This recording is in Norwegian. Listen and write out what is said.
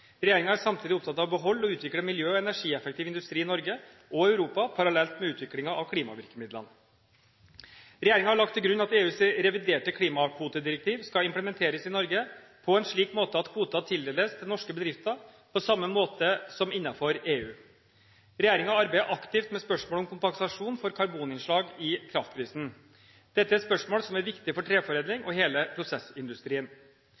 er samtidig opptatt av å beholde og utvikle miljø- og energieffektiv industri i Norge og Europa parallelt med utviklingen av klimavirkemidlene. Regjeringen har lagt til grunn at EUs reviderte klimakvotedirektiv skal implementeres i Norge på en slik måte at kvoter tildeles norske bedrifter på samme måte som innenfor EU. Regjeringen arbeider aktivt med spørsmål om kompensasjon for karboninnslag i kraftprisen. Dette er spørsmål som er viktige for